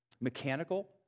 mechanical